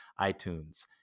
iTunes